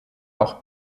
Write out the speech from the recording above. auch